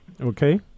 Okay